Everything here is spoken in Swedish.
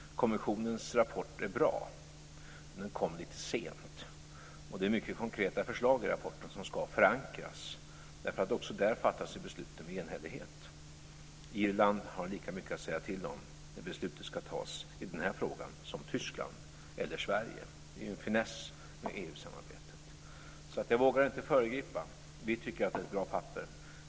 Kommissionens rapport är bra, men den kom lite sent. Det är många konkreta förslag i rapporten som ska förankras, eftersom besluten även där fattas med enhällighet. Irland har lika mycket att säga till om som Tyskland eller Sverige när besluten ska fattas i den här frågan. Det är en finess med EU-samarbetet. Jag vågar inte föregripa detta. Vi tycker att det är ett bra papper.